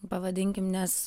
pavadinkim nes